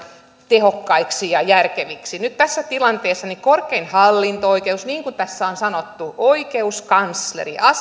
tehokkaiksi ja järkeviksi nyt tässä tilanteessa korkein hallinto oikeus niin kuin tässä on sanottu oikeuskansleri